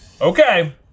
Okay